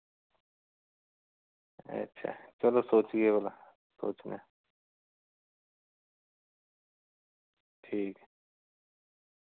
अच्छा चलो सोचगे भला सोचने आं ठीक